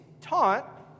taught